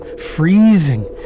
freezing